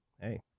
hey